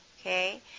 Okay